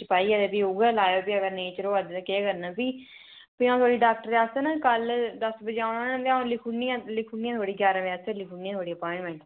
च साड़ियै फ्ही उ'ऐ लाएओ अज्ज ते केह् करना ऐ फ्ही ते फ्ही अ'ऊं थुआढ़े डाक्टर आस्तै न कल दस बजे कन्नै औना उ'ने अ'ऊं लिखी ओड़नी आं थुआढ़ी ग्यारां बजे आस्तै लिखी ओड़नी आं अप्वाइंटमेंट